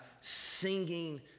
singing